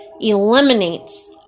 eliminates